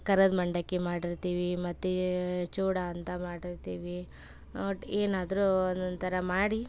ಕರಿದ ಮಂಡಕ್ಕಿ ಮಾಡಿರ್ತೀವಿ ಮತ್ತು ಚಿವುಡ ಅಂತ ಮಾಡಿರ್ತೀವಿ ಒಟ್ಟು ಏನಾದರೂ ಒಂದೊಂಥರ ಮಾಡಿ